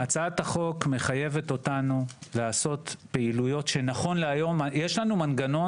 הצעת החוק מחייבת אותנו לעשות פעילויות שנכון להיום יש לנו מנגנון